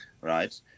right